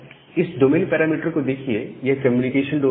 इस domain parameter को देखिए यह कम्युनिकेशन डोमेन है